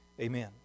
Amen